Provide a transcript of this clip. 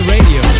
Radio